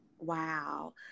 Wow